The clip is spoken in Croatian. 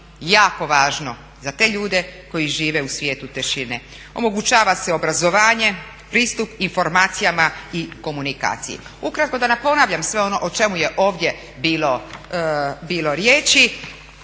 jako važno za te ljude koji žive u svijetu tišine, omogućava se obrazovanje, pristup informacijama i komunikaciji. Ukratko, da ne ponavljam sve ono o čemu je ovdje bilo riječi.